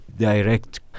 direct